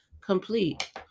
complete